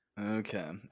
Okay